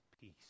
peace